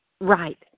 Right